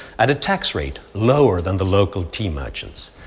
at a tax rate lower than the local tea merchants.